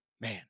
Man